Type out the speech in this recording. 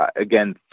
again